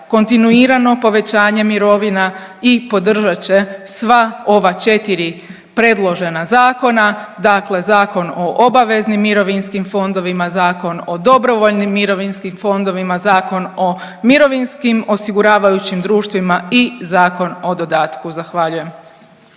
kontinuirano povećanje mirovina i podržat će sva ova četiri predložena zakona, dakle Zakon o obaveznim mirovinskim fondovima, Zakon o dobrovoljnim mirovinskim fondovima, Zakon o mirovinskim osiguravajućim društvima i Zakon o dodatku. Zahvaljujem.